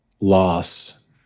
loss